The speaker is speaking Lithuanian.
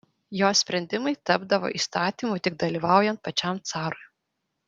jo sprendimai tapdavo įstatymu tik dalyvaujant pačiam carui